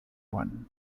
one